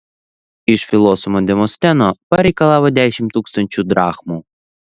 iš filosofo demosteno pareikalavo dešimt tūkstančių drachmų